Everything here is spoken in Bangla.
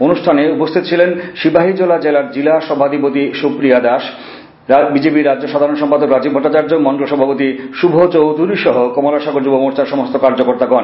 অনুষ্ঠানে উপস্থিত ছিলেন সিপাহীজলা জেলার জিলা সভাধিপতি সুপ্রিয়া দাসত্রিপুরা রাজ্যের বিজেপি রাজ্য সাধারণ সম্পাদক রাজীব ভট্টাচার্য এবং মন্ডল সভাপতি শুভ চৌধুরী সহ কমলাসাগর যুব মোর্চার সমস্ত কার্যকর্তা গন